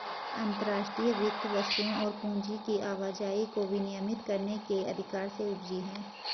अंतर्राष्ट्रीय वित्त वस्तुओं और पूंजी की आवाजाही को विनियमित करने के अधिकार से उपजी हैं